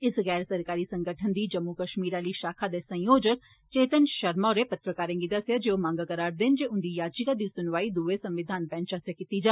इस गैर सरकारी संगठन दी जम्मू कश्मीर आह्ली शाखा दे संयोजक चेतन शर्मा होरें पत्रकारें गी दस्सेआ जे ओह् एह् मंग करङन जे उंदी याचिका दी सुनवाई दुए संविधान बैंच आसेआ कीती जा